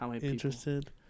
interested